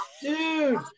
Dude